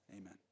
Amen